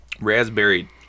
raspberry